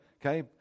okay